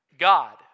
God